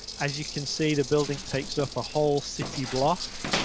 as you can see the building takes up a whole city block.